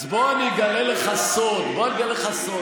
אז בוא אני אגלה לך סוד: היה,